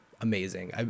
amazing